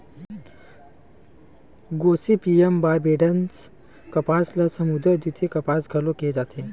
Gossypium barbadense कपास ल समुद्दर द्वितीय कपास घलो केहे जाथे